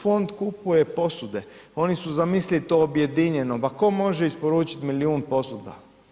Fond kupuje posude, oni su zamislili to objedinjeno, ma tko može isporučiti milijun posuda.